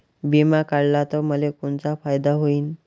बिमा काढला त मले कोनचा फायदा होईन?